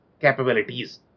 capabilities